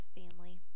family